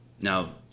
Now